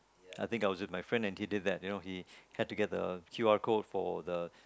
I think I was with my friend and he did that you know he had to get the Q_R code for the